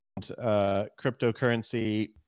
cryptocurrency